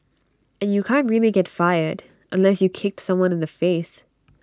and you can't really get fired unless you kicked someone in the face